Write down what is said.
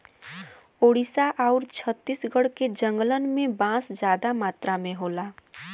ओडिसा आउर छत्तीसगढ़ के जंगलन में बांस जादा मात्रा में होला